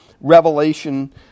revelation